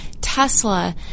Tesla